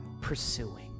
pursuing